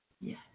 Yes